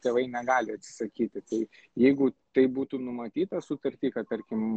tėvai negali atsisakyti tai jeigu tai būtų numatyta sutarty kad tarkim